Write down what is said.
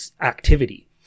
activity